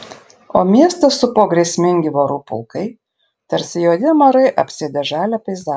o miestą supo grėsmingi vorų pulkai tarsi juodi amarai apsėdę žalią peizažą